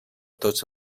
tots